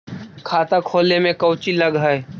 खाता खोले में कौचि लग है?